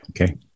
okay